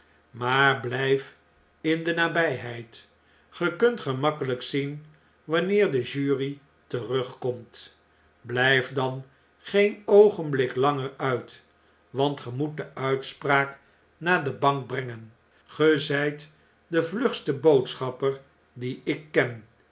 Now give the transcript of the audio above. maar blijf in de nabijheid ge kunt gemakkelijk zien wanneer de jury terugkomt btjjft dan geen oogenblik langer uit want ge moet de uitspraak naar de bank brengen ge zjjt de vlugste boodschapper dien ik ken